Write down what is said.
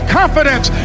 confidence